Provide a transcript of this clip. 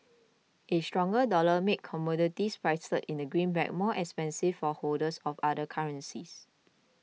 a stronger dollar makes commodities priced in the greenback more expensive for holders of other currencies